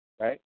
right